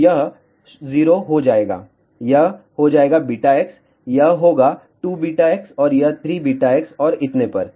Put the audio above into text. तो यह 0 हो जाएगा यह हो जाएगा βx यह होगा 2 βx यह 3βx और इतने पर